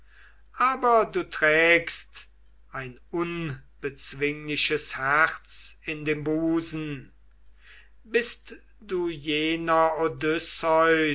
aber du trägst ein unbezwingliches herz in dem busen bist du jener